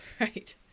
Right